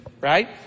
right